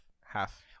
Half